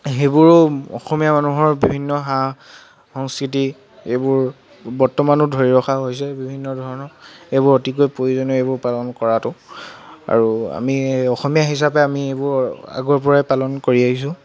সেইবোৰো অসমীয়া মানুহৰ বিভিন্ন সা সংস্কৃতি এইবোৰ বৰ্তমানো ধৰি ৰখা হৈছে বিভিন্ন ধৰণৰ এইবোৰ অতিকৈ প্ৰয়োজনীয় এইবোৰ পালন কৰাটো আৰু আমি অসমীয়া হিচাপে আমি এইবোৰ আগ ৰপৰাই পালন কৰি আহিছোঁ